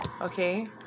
Okay